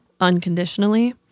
unconditionally